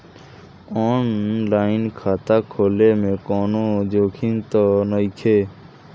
आन line खाता खोले में कौनो जोखिम त नइखे?